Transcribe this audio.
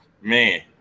Man